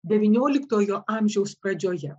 devynioliktojo amžiaus pradžioje